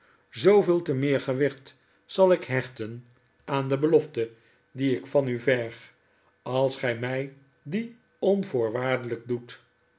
zooveel te meer gewicht zal ik hechten aan de belofte die ik van u verg als gy my die onvoorwaardelijk doet